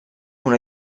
una